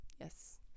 Yes